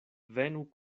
venu